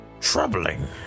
Troubling